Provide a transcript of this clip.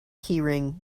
keyring